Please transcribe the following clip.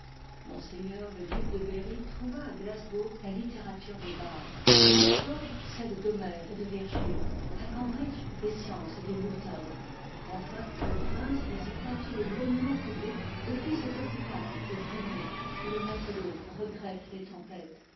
ms le duc de berry trouva à glascow la littérature des bardes à oxford celle d'homère et de virgile à cambridge les sciences de new ton enfm le prince visita tous les monu mens publics depuis cet hôpital de grertr xrt wich où le matelot regrette les tempêtes